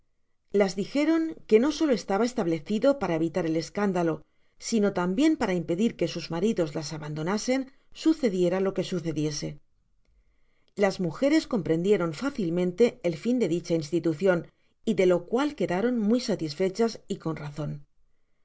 las dijeron que no solo estaba establecido para evitar el escándalo sino tambien para impedir que sus maridos las abandonasen sucediera lo que sucediese las mujeres comprendieron fácilmente el fin de dicha institucion de lo cual quedaron muy satisfechas y con razon